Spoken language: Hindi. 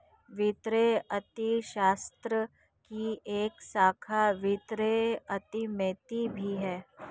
वित्तीय अर्थशास्त्र की एक शाखा वित्तीय अर्थमिति भी है